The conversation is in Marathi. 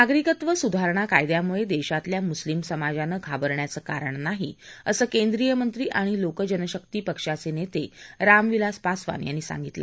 नागरिकत्व सुधारणा कायद्यामुळे देशातल्या मुस्लिम समाजानं घाबरण्याचं कारण नाही असं केंद्रीय मंत्री आणि लोकजनशक्ती पक्षाचे नेते रामविलास पासवान यांनी सांगितलं